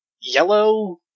yellow